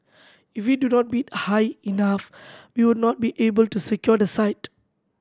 if we do not bid high enough we would not be able to secure the site